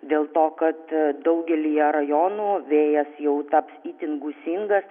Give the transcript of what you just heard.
dėl to kad daugelyje rajonų vėjas jau taps itin gūsingas